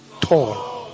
tall